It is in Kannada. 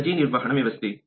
ರಜೆ ನಿರ್ವಹಣಾ ವ್ಯವಸ್ಥೆ